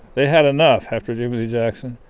they had enough after jimmie lee jackson,